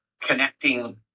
connecting